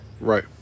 Right